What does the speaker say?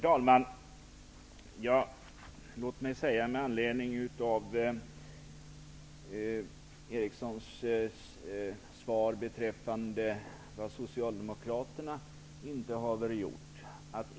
Herr talman! Låt mig säga några ord med anledning av Alf Erikssons svar beträffande vad Socialdemokraterna inte har gjort.